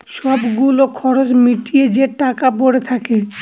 সব গুলো খরচ মিটিয়ে যে টাকা পরে থাকে